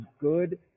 good